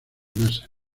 meses